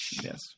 Yes